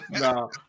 No